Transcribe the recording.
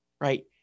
right